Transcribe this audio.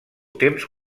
temps